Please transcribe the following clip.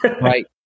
Right